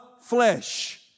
flesh